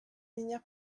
unir